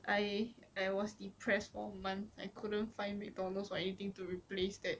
I I was depressed for a month I couldn't find mcdonald's or everything to replace that